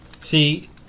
see